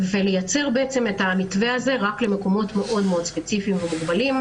לייצר את המתווה הזה רק למקומות מאוד ספציפיים ומוגבלים.